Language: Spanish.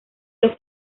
los